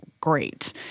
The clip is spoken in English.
great